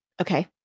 okay